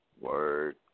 Word